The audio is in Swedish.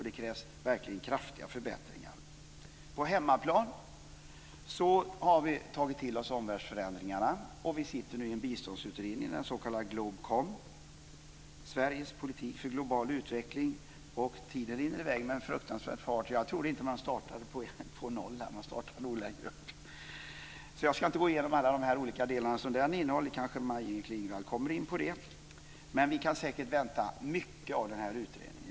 Det krävs verkligen kraftiga förbättringar. På hemmaplan har vi tagit till oss omvärldsförändringarna. Vi sitter nu i en biståndsutredning - den s.k. GLOBKOM - om Sveriges politik för global utveckling. Tiden rinner i väg med en fruktansvärd fart. Jag tror inte att klockan i talarstolen startar på noll; den startar nog längre upp. Jag ska inte gå igenom alla olika delar som utredningen innehåller. Det kommer kanske Maj-Inger Klingvall in på. Men vi kan säkert vänta mycket av denna utredning.